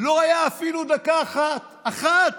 לא היה אפילו דקה אחת,